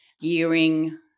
gearing